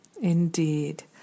Indeed